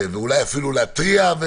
ואולי אפילו להתריע.